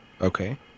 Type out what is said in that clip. okay